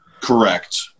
correct